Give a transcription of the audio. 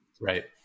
right